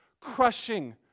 Crushing